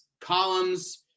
columns